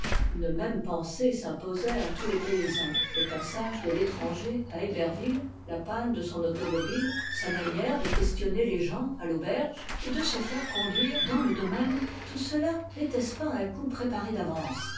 une même pensée s'imposait à tous les paysans le passage de l'étranger à héberville la panne de son automobile sa manière de questionner les gens à l'auberge et de se faire conduire dans le domaine tout cela n'était-ce pas un coup préparé d'avance